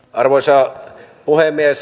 arvoisa puhemies